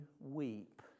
weep